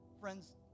Friends